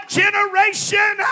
generation